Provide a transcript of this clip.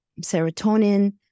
serotonin